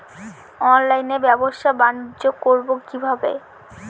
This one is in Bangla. অনলাইনে ব্যবসা বানিজ্য করব কিভাবে?